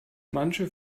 manche